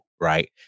right